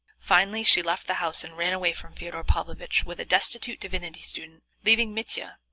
finally, she left the house and ran away from fyodor pavlovitch with a destitute divinity student, leaving mitya,